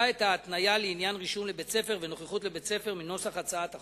את ההתניה לעניין רישום לבית-ספר ונוכחות בבית-ספר מנוסח הצעת החוק.